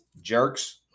jerks